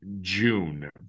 June